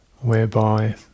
whereby